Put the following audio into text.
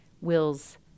wills